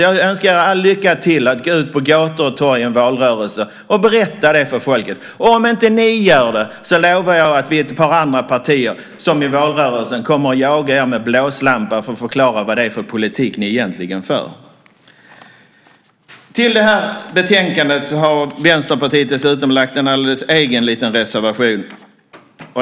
Jag önskar er alla lycka till att gå ut på gator och torg en valrörelse och berätta det för folket. Om ni inte gör det lovar jag att vi är ett par andra partier som i valrörelsen kommer att jaga er med blåslampa för att förklara vad det är för politik ni egentligen för. Till det här betänkandet har Vänsterpartiet dessutom lagt en alldeles egen liten reservation.